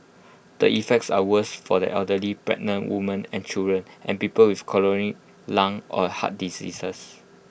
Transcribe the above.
the effects are worse for the elderly pregnant women and children and people with chronic lung or heart diseases